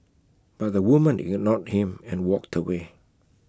but the woman ignored him and walked away